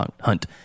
Hunt